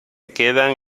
quedan